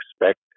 expect